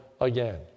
again